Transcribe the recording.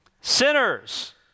Sinners